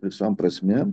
visom prasme